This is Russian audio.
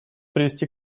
привести